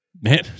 man